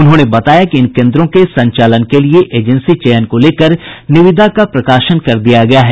उन्होंने बताया कि इन केन्द्रों के संचालन के लिए एजेंसी चयन को लेकर निविदा का प्रकाशन कर दिया गया है